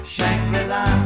Shangri-La